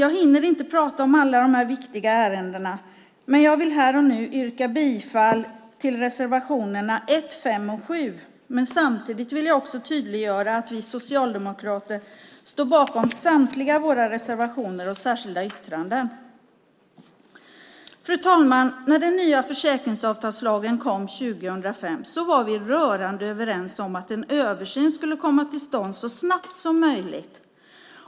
Jag hinner inte tala om alla dessa viktiga ärenden, men jag vill här och nu yrka bifall till reservationerna 1, 5 och 7. Samtidigt vill jag tydliggöra att vi socialdemokrater står bakom samtliga våra reservationer och särskilda yttranden. Fru talman! När den nya försäkringsavtalslagen kom 2005 var vi rörande överens om att en översyn skulle komma till stånd så snabbt som möjligt.